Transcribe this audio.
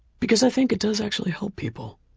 because i think it does actually help people.